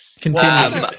Continue